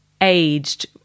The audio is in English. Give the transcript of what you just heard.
aged